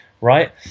right